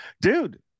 dude